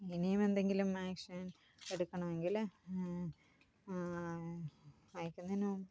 ഇനിയുമെന്തെങ്കിലും action എടുക്കണമെങ്കിൽ അയക്കുന്നതിന് മുൻപ്